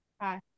Hi